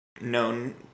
known